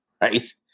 right